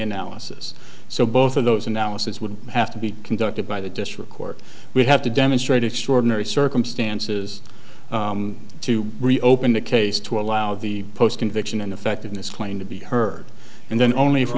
analysis so both of those analysis would have to be conducted by the district court we have to demonstrate extraordinary circumstances to reopen the case to allow the post conviction in effect in this claim to be heard and then only f